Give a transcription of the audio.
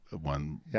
one